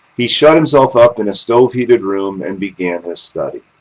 he shut himself up in a stove-heated room, and began his study.